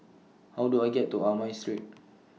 How Do I get to Amoy Street